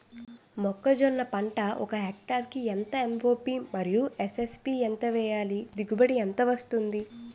మొక్కజొన్న పంట ఒక హెక్టార్ కి ఎంత ఎం.ఓ.పి మరియు ఎస్.ఎస్.పి ఎంత వేయాలి? దిగుబడి ఎంత వస్తుంది?